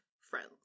friends